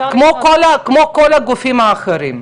כמו כל הגופים האחרים.